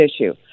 issue